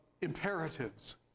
imperatives